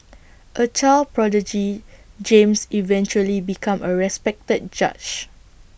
A child prodigy James eventually became A respected judge